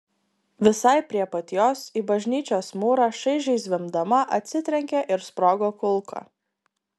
visai prie pat jos į bažnyčios mūrą šaižiai zvimbdama atsitrenkė ir sprogo kulka